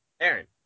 Aaron